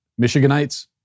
Michiganites